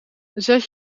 zet